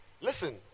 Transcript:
Listen